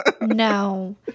No